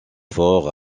fort